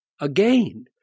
again